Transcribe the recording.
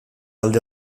alde